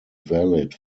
valid